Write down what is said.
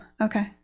okay